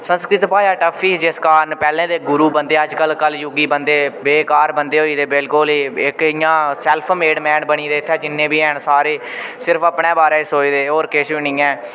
संस्कृत भाशा टफ ही जिस कारण पैह्लें दे गुरु बन्दे अज्जकल कलयुगी बन्दे बेकार बन्दे होई गेदे बिलकुल इक इ'यां सेल्फ मेड मैन बनी गेदे इत्थै जिन्ने बी हैन सारे सिर्फ अपने बारै सोचदे होर किश बी नी ऐ